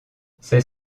ses